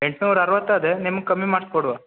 ಎಂಟುನೂರ ಅರ್ವತ್ತು ಅದೆ ನಿಮ್ಗೆ ಕಮ್ಮಿ ಮಾಡ್ಸಿ ಕೊಡುವಾ